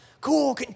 Cool